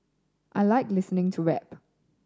I like listening to rap